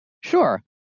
Sure